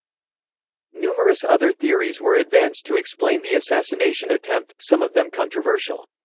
numerous other theories were advanced to explain the assassination attempt, some of them controversial.